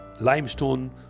limestone